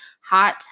hot